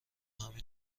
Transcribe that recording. همین